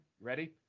Ready